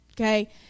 okay